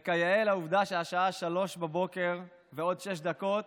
וכיאה לעובדה שהשעה 03:00 בעוד שלוש דקות,